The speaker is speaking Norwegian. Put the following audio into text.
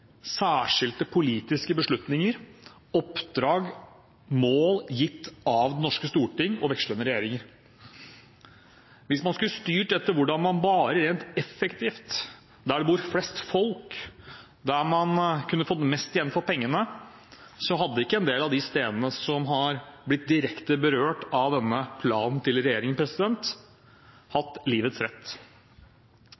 særskilte politiske beslutninger – oppdrag og mål gitt av Det norske storting og vekslende regjeringer. Hvis man skulle styrt etter hva som var rent effektivt, der det bor flest folk, der man kunne fått mest igjen for pengene, hadde ikke en del av de stedene som har blitt direkte berørt av denne planen til regjeringen,